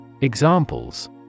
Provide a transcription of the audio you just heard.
Examples